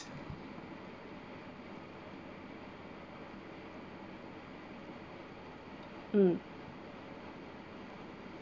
hmm